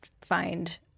find